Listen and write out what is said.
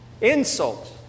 insults